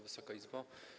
Wysoka Izbo!